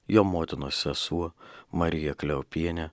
jo motinos sesuo marija kleopienė